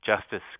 Justice